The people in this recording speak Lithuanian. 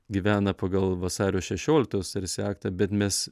gyvena pagal vasario šešioliktos tarsi aktą bet mes